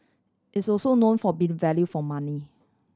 it's also known for being value for money